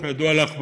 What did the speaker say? כידוע לך,